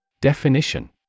Definition